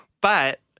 But-